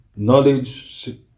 knowledge